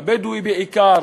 הבדואי בעיקר,